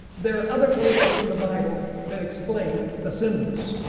there are other places in the bible that explain the symbols.